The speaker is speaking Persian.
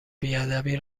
بیادبی